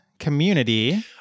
community